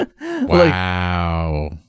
Wow